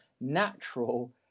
natural